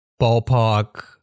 ballpark